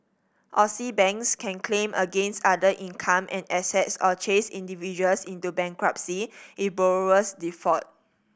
Aussie banks can claim against other income and assets or chase individuals into bankruptcy if borrowers default